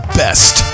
best